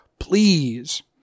Please